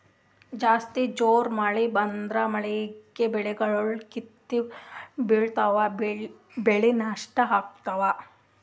ಜಾಸ್ತಿ ಜೋರ್ ಮಳಿ ಬಂದ್ರ ಮಳೀಗಿ ಬೆಳಿಗೊಳ್ ಕಿತ್ತಿ ಬಿಳ್ತಾವ್ ಬೆಳಿ ನಷ್ಟ್ ಆಗ್ತಾವ್